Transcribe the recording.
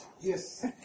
Yes